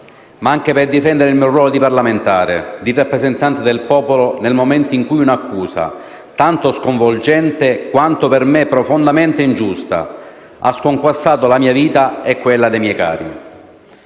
ma anche il mio ruolo di parlamentare, di rappresentante del popolo nel momento in cui un'accusa, tanto sconvolgente quanto per me profondamente ingiusta, ha sconquassato la mia vita e quella dei miei cari.